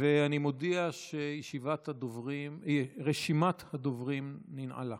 ואני מודיע שרשימת הדוברים ננעלה.